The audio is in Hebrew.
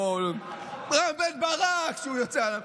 או ברק, כשהוא יוצא עליו.